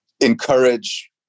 encourage